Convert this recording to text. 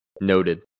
noted